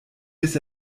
bis